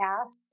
ask